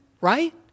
right